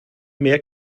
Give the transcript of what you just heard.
mehr